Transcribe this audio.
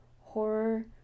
horror